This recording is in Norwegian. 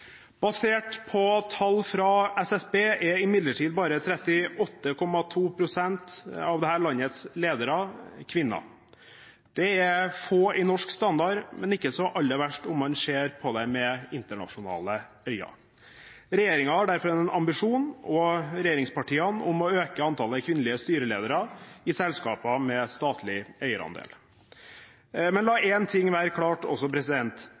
Basert på tall fra SSB er imidlertid bare 38,2 pst. av landets ledere kvinner. Det er få etter norsk standard, men ikke så aller verst om man ser på det med internasjonale øyne. Regjeringen, og regjeringspartiene, har derfor en ambisjon om å øke antallet kvinnelige styreledere i selskaper med statlig eierandel. Men la en ting være klart: